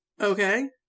Okay